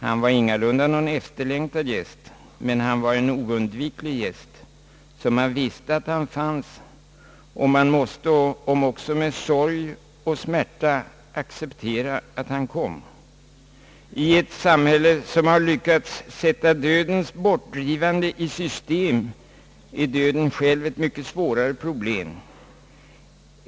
Han var ingalunda någon efterlängtad gäst, men han var en oundviklig gäst, man visste att han fanns, och man måste om också med sorg och smärta acceptera att han kom. I ett samhälle som har lyckats sätta dödens bortdrivande i system, är döden själv ett mycket svårare problem.